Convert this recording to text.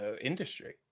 industry